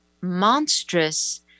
monstrous